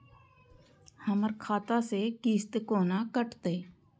हमर खाता से किस्त कोना कटतै?